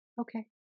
okay